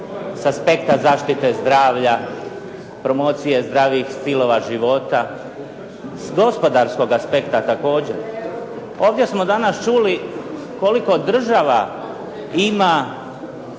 sa aspekta zaštite zdravlja, promocije zdravih stilova života, s gospodarskog aspekta također. Ovdje smo danas čuli koliko država ima